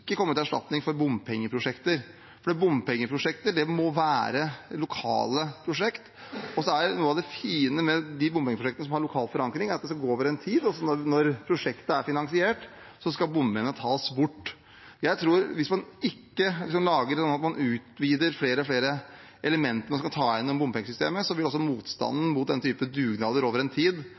til erstatning for bompengeprosjekter, fordi bompengeprosjekter må være lokale prosjekter. Noe av det fine med de bompengeprosjektene som har lokal forankring, er at det skal gå over en tid, og så, når prosjektet er finansiert, skal bompengene tas bort. Jeg tror at hvis man ikke lager det sånn at man utvider flere og flere elementer man skal ta inn gjennom bompengesystemet, så vil også motstanden mot den type dugnader over en tid